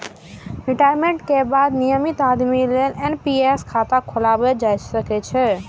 retirement के बाद नियमित आमदनी लेल एन.पी.एस खाता खोलाएल जा सकै छै